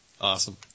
Awesome